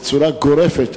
בצורה גורפת,